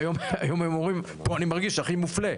והיום הם אומרים: פה אני מרגיש הכי מופלה.